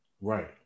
Right